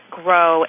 grow